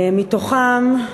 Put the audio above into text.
מתוכם,